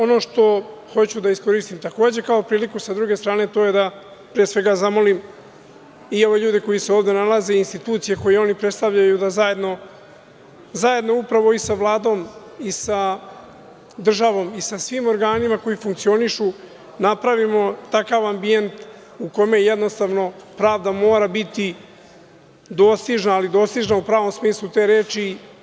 Ono što hoću da iskoristim, takođe kao priliku sa druge strane, to je da, pre svega zamolim i ove ljude koji se ovde nalaze i institucije koje oni predstavljaju da zajedno upravo i sa Vladom i sa državom i sa svim organima koji funkcionišu, napravimo takav ambijent u kome jednostavno pravda mora biti dostižna, ali dostižna u pravom smislu te reči.